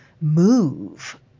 move